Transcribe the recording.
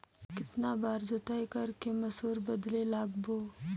कितन बार जोताई कर के मसूर बदले लगाबो?